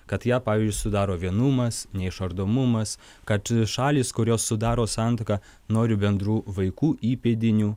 kad ją pavyzdžiui sudaro vienumas neišardomumas kad šalys kurios sudaro santuoką nori bendrų vaikų įpėdinių